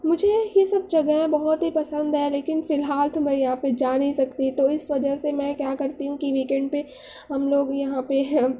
مجھے یہ سب جگہیں بہت ہی پسند ہیں لیکن فی الحال تو میں یہاں جا نہیں سکتی تو اس وجہ سے میں کیا کرتی ہوں کہ ویکینڈ پہ ہم لوگ یہاں پہ